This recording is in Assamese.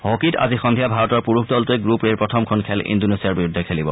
হকীত আজি সন্ধিয়া ভাৰতৰ পুৰুষ দলটোৱে গ্ৰুপ এৰ প্ৰথমখন খেল ইণ্ডোনেছিয়াৰ বিৰুদ্ধে খেলিব